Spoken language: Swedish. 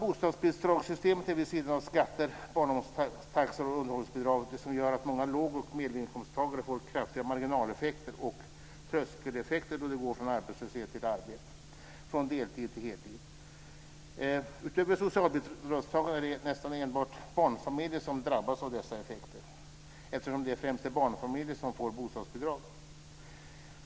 Bostadsbidragssystemet är vid sidan av skatter, barnomsorgstaxor och underhållsbidrag det som gör att många låg och medelinkomsttagare får kraftiga marginaleffekter och tröskeleffekter då de går från arbetslöshet till arbete eller från deltid till heltid. Utöver socialbidragstagare är det nästan enbart barnfamiljer som drabbas av dessa effekter, eftersom det främst är barnfamiljer som får bostadsbidrag.